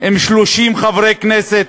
עם 30 חברי כנסת,